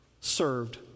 served